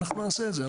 אנחנו נעשה את זה,